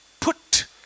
put